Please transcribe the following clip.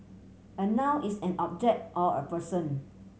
a noun is an object or a person